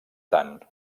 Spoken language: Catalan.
tant